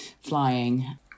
flying